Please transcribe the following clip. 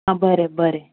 आं बरें बरें